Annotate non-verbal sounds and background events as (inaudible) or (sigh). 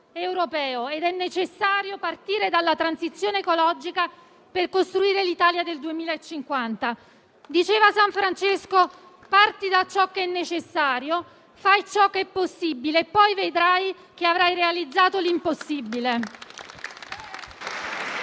europeo. È necessario partire dalla transizione ecologica per costruire l'Italia del 2050. Diceva San Francesco di partire da ciò che è necessario, fare ciò che è possibile per poi ritrovarsi a realizzare l'impossibile. (applause)